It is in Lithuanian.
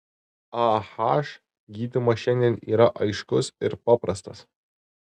ah gydymas šiandien yra aiškus ir paprastas